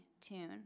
tune